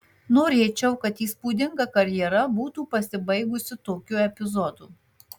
norėčiau kad įspūdinga karjera būtų pasibaigusi tokiu epizodu